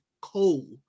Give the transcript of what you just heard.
coal